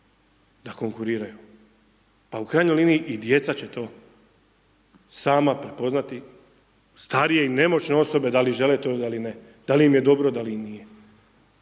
da konkuriraju, pa u krajnjoj liniji i djeca će to sama prepoznati, starije i nemoćne osobe da li žele to ili da li ne, da li im je dobro, da li im